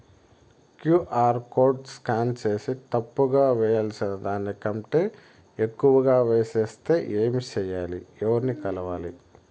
QR code scan సేసి తప్పు గా వేయాల్సిన దానికంటే ఎక్కువగా వేసెస్తే ఏమి సెయ్యాలి? ఎవర్ని కలవాలి?